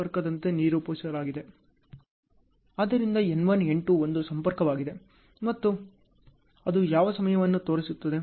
ಆದ್ದರಿಂದ N1 N2 ಒಂದು ಸಂಪರ್ಕವಾಗಿದೆ ಮತ್ತು ಅದು ಯಾವ ಸಮಯವನ್ನು ತೋರಿಸುತ್ತದೆ